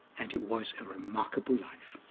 and it was a remarkable life.